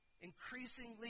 increasingly